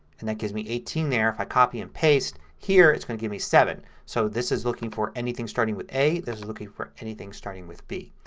and that gives me eighteen there. if i copy and paste here it's going to give me seven. so this is looking for anything starting with a. this is looking for anything starting with b.